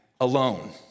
alone